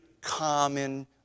common